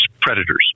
predators